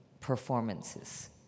performances